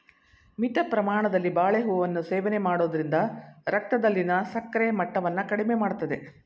ಮಿತ ಪ್ರಮಾಣದಲ್ಲಿ ಬಾಳೆಹೂವನ್ನು ಸೇವನೆ ಮಾಡೋದ್ರಿಂದ ರಕ್ತದಲ್ಲಿನ ಸಕ್ಕರೆ ಮಟ್ಟವನ್ನ ಕಡಿಮೆ ಮಾಡ್ತದೆ